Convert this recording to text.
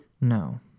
No